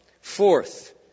Fourth